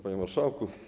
Panie Marszałku!